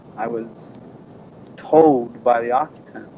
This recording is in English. i was told by the ah